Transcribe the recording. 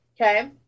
okay